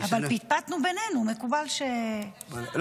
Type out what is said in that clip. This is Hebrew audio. אבל פטפטנו בינינו, מקובל --- לא.